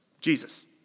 Jesus